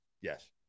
Yes